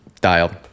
dialed